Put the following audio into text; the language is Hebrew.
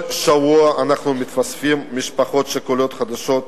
כל שבוע מתווספות לנו משפחות שכולות חדשות,